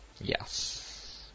Yes